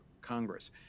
Congress